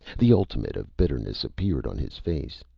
the ultimate of bitterness appeared on his face.